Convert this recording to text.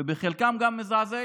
וברוח הגבית שאותה הוא שואב מכאן,